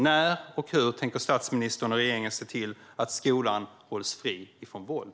När och hur tänker statsministern och regeringen se till att skolan hålls fri från våld?